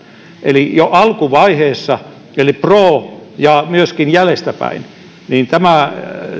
eli jo alkuvaiheessa eli pro ja myöskin jäljestäpäin eli